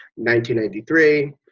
1993